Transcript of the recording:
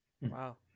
Wow